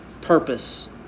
purpose